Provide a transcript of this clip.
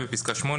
בפסקה (8),